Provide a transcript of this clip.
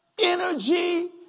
energy